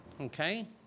Okay